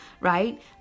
right